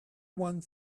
one